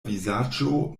vizaĝo